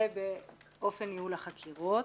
ובאופן ניהול החקירות.